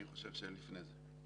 אני חושב שלפני זה.